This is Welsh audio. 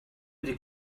wedi